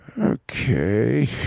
okay